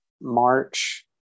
March